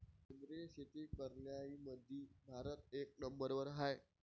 सेंद्रिय शेती करनाऱ्याईमंधी भारत एक नंबरवर हाय